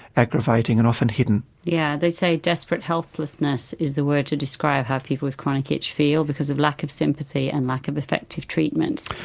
aggravating, and often hidden. yes, yeah they say desperate helplessness is the word to describe how people with chronic itch feel because of lack of sympathy and lack of effective treatments.